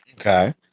Okay